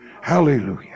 hallelujah